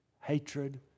hatred